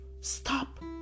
Stop